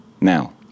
Now